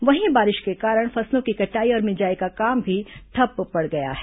वहीं बारिश के कारण फसलों की कटाई और मिंजाई का काम भी ठप्प पड़ गया है